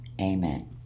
Amen